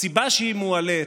הסיבה שהיא מועלית,